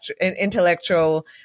intellectual